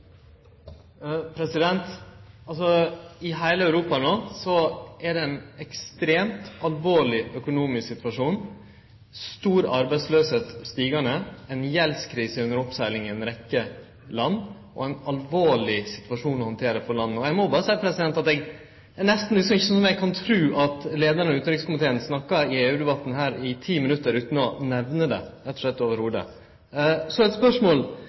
det no ein ekstremt alvorleg økonomisk situasjon, stor arbeidsløyse – stigande – ei gjeldskrise under oppsegling i ei rekkje land og ein alvorleg situasjon å handtere for landa. Eg må berre seie at det er nesten ikkje så eg kan tru det når leiaren av utanrikskomiteen snakkar om EU-debatten her i 10 minutt utan å nemne det i det heile. Så eit spørsmål.